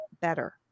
better